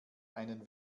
einen